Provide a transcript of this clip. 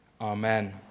Amen